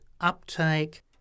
uptake